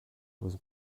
was